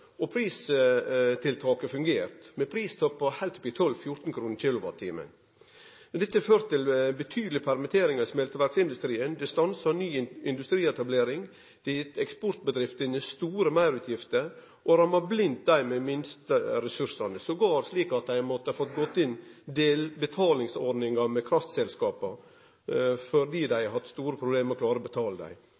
Pristiltaket har fungert, med pristoppar heilt opp i 12–14 kr per kilowatt-time. Dette har ført til betydelege permitteringar i smelteverksindustrien. Det har stansa ny industrietablering. Det har gitt eksportbedriftene store meirutgifter og ramma blindt dei med minst ressursar – sågar slik at dei har måtta gå inn på betalingsordningar med kraftselskapa fordi dei har hatt store problem med å klare å betale dei.